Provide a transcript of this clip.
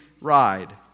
ride